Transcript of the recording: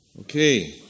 Okay